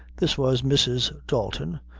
this was mrs. dalton,